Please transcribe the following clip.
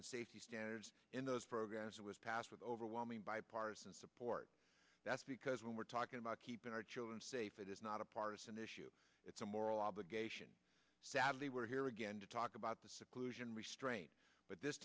and safety standards in those programs and was passed with overwhelming bipartisan support that's because when we're talking about keeping our children safe it is not a partisan issue it's a moral obligation sadly we're here again to talk about the seclusion restraint but this